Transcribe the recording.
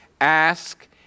ask